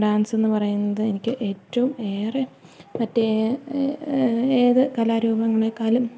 ഡാൻസെന്നു പറയുന്നത് എനിക്ക് ഏറ്റവും ഏറെ മറ്റേതു കലാരൂപങ്ങളെക്കാളിലും